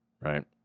Right